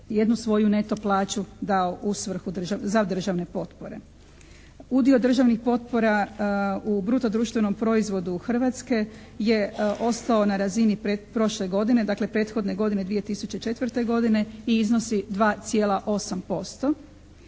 jednu svoju neto plaću dao u svrhu za državne potpore. Udio državnih potpora u bruto društvenom proizvodu Hrvatske je ostao na razini prošle godine dakle prethodne godine 2004. godine i iznosi 2,8%.